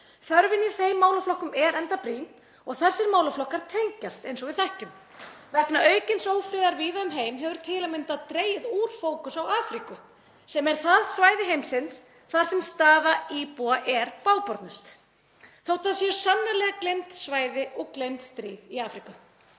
Þörfin í þeim málaflokkum er enda brýn og þessir málaflokkar tengjast, eins og við þekkjum. Vegna aukins ófriðar víða um heim hefur til að mynda dregið úr fókus á Afríku, sem er það svæði heimsins þar sem staða íbúa er bágbornust, þótt það séu sannarlega gleymd svæði og gleymd stríð í Afríku.